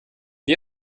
wie